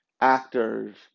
actors